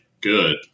good